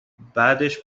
بعدش